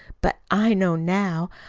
but i know now.